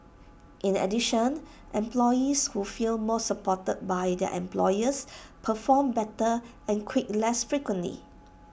in addition employees who feel more supported by their employers perform better and quit less frequently